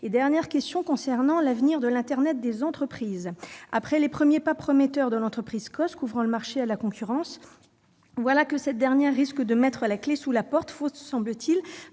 être rapide. Concernant l'avenir de l'internet des entreprises, après les premiers pas prometteurs de l'entreprise Kosc Telecom, ouvrant le marché à la concurrence, voilà que cette dernière risque de mettre la clé sous la porte faute, semble-t-il,